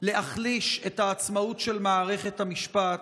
להחליש את העצמאות של מערכת המשפט,